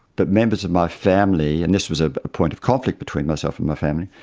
but members of my family, and this was a point of conflict between myself and my family,